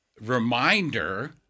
reminder